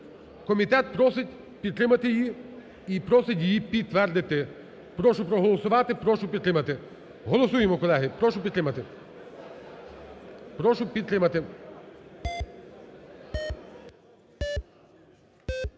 комітет просить підтримати її і просить її підтвердити. Прошу проголосувати і прошу підтримати, голосуємо, колеги, прошу підтримати. Прошу підтримати.